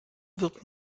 wird